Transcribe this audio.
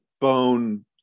bone